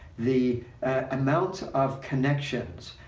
the amount of connections,